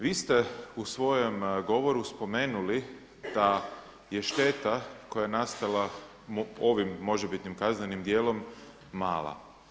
Vi ste u svojem govoru spomenuli da je šteta koja je nastala ovim možebitnim kaznenim djelom mala.